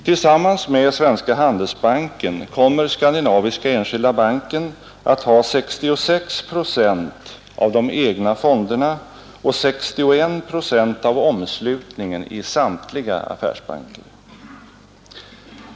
Tillsammans med Svenska handelsbanken kommer Skandinaviska enskilda banken att ha 66 procent av de egna fonderna och 61 procent av omslutningen i samtliga affärsbanker.